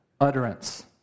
Utterance